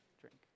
Drink